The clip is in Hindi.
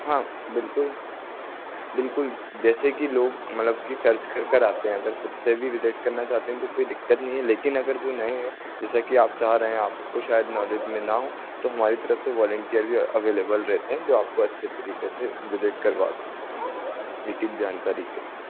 हाँ बिल्कुल बिल्कुल जैसे कि लोग मतलब कि सर्च करकर आते हैं अगर खुद से भी विज़िट करना चाहते हैं तो कोई दिक़्क़त नहीं है लेकिन अगर जो नए हैं जैसा कि आप चाह रहे हैं आपको शायद नॉलेज में ना हों तो हमारी तरफ़ से वॉलंटियर भी अवेलेबल रहते हैं जो आपको अच्छे तरीक़े से विज़िट करवा सकते हैं एक एक जानकारी के साथ